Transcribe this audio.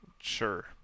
Sure